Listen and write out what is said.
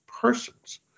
persons